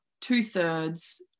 two-thirds